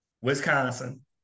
Wisconsin